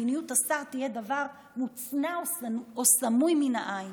מדיניות השר תהיה דבר מוצנע או סמוי מן העין.